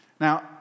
Now